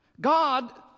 God